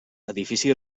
edifici